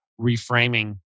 reframing